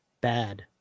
bad